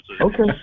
Okay